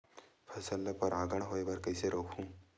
फसल ल परागण होय बर कइसे रोकहु?